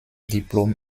diplom